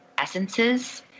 essences